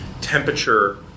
temperature